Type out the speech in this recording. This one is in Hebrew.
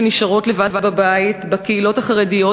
שנשארות לבד בבית בקהילות החרדיות,